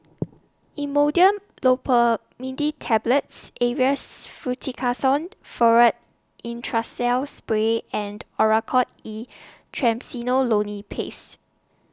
Imodium Loperamide Tablets Avamys Fluticasone Furoate Intranasal Spray and Oracort E Triamcinolone Paste